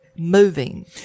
Moving